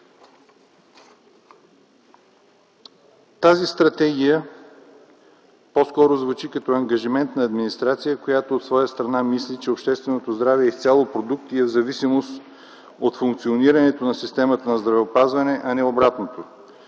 Тази стратегия по-скоро звучи като ангажимент на администрация, която от своя страна мисли, че общественото здраве е изцяло продукт и е в зависимост от функционирането на системата на здравеопазване, а не обратното.